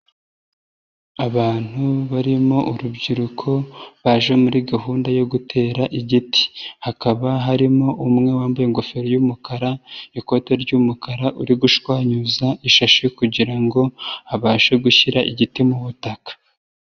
Abantu barimo urubyiruko baje muri gahunda yo gutera igiti, hakaba harimo umwe wambaye ingofero y'umukara, ikote ry'umukara uri gushwanyuza ishashi kugira ngo abashe gushyira igiti mu butaka.